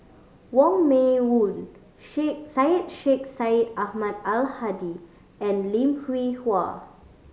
Wong Meng Voon Sheikh Syed Sheikh Syed Ahmad Al Hadi and Lim Hwee Hua